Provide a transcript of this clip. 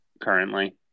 currently